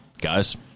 guys